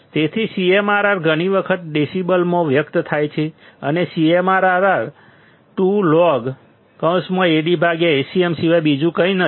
તેથી CMRR ઘણી વખત ડેસિબલ્સમાં વ્યક્ત થાય છે અને CMRR 20logAdAcm સિવાય બીજું કંઈ નથી